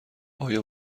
آیا